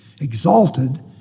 exalted